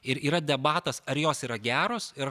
ir yra debatas ar jos yra geros ar